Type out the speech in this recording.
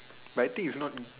but I think it's not